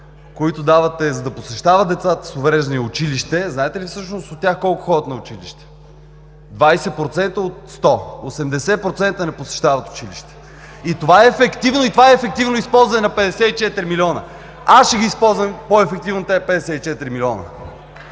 които давате, за да посещават децата с увреждания училище – знаете ли от тях колко ходят на училище? Двадесет процента от 100 – 80% не посещават училище. И това е ефективно използване на 54 милиона! Аз ще използвам по-ефективно тези 54 милиона.